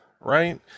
right